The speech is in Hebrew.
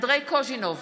אנדרי קוז'ינוב,